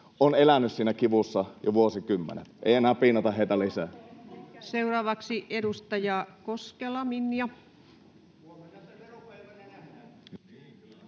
eläneet siinä kivussa jo vuosikymmenet. Ei enää piinata heitä lisää.